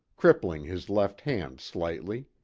cripping his left hand slightly.